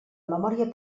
memòria